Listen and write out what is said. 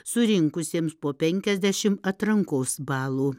surinkusiems po penkiasdešim atrankos balų